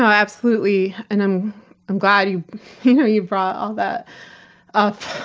um absolutely. and i'm um glad you know you brought all that up.